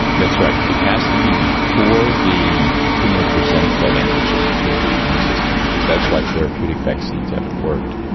that's right. it has to be before the tumour presents that antigen to the immune system, because that's why therapeutic vaccines haven't worked.